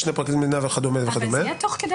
משנה לפרקליט המדינה וכד' --- אבל זה יהיה תוך כדי